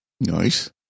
Nice